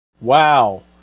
Wow